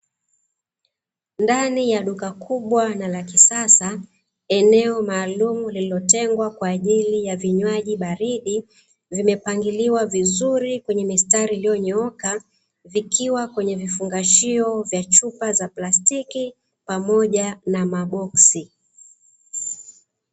Ndani ya duka kubwa na la kisasa eneo maalumu lililotengwa kwaajili ya vinywaji baridi vimepangiliwa vizuri kwenye mistari iliyonyooka vikiwa kwenye vifungashio vya chupa za plastiki pamoja na maboksi.